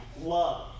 love